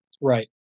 Right